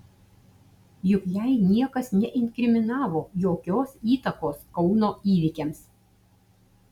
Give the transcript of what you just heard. juk jai niekas neinkriminavo jokios įtakos kauno įvykiams